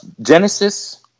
Genesis